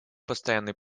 постоянный